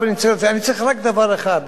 אני צריך רק דבר אחד,